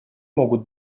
могут